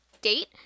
date